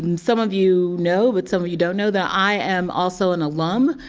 um some of you know but some of you don't know that i am also an alum,